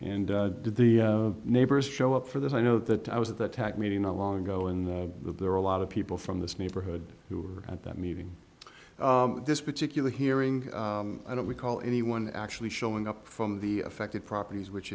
and did the neighbors show up for this i know that i was at the tac meeting along go and look there are a lot of people from this neighborhood who were at that meeting this particular hearing i don't recall anyone actually showing up from the affected properties which